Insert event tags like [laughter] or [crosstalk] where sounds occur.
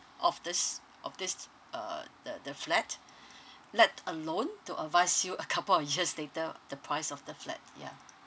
of this of this uh the the flat [breath] let alone to advise you a couple of years later the price of the flat ya